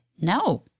No